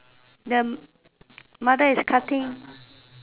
the mother is cutting